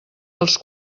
dels